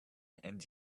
and